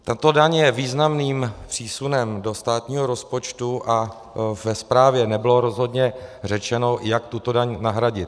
Tato daň je významným přísunem do státního rozpočtu a ve zprávě nebylo rozhodně řečeno, jak tuto daň nahradit.